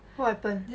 what happened